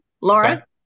Laura